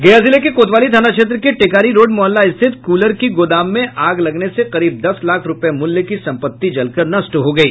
गया जिले के कोतवाली थाना क्षेत्र के टेकारी रोड मोहल्ला स्थित कूलर के गोदाम में आग लगने से करीब दस लाख रूपये मूल्य की संपत्ति जलकर नष्ट हो गयी